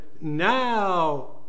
now